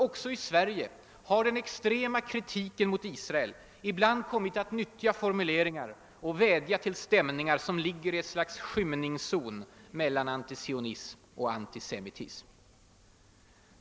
Också i Sverige har den extrema kritiken mot Israel ibland kommit att nyttja formuleringar och vädja till stämningar som ligger i ett slags skymningszon mellan antisionism och antisemitism.